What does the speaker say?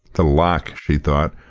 the loch, she thought,